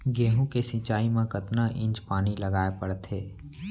गेहूँ के सिंचाई मा कतना इंच पानी लगाए पड़थे?